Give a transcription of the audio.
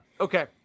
Okay